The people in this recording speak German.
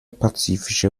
pazifische